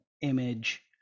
image